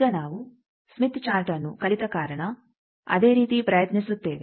ಈಗ ನಾವು ಸ್ಮಿತ್ ಚಾರ್ಟ್ಅನ್ನು ಕಲಿತ ಕಾರಣ ಅದೇ ರೀತಿ ಪ್ರಯತ್ನಿಸುತ್ತೇವೆ